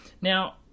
Now